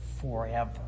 forever